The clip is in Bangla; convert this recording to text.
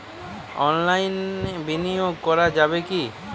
অনলাইনে বিনিয়োগ করা যাবে কি?